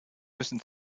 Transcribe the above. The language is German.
müssen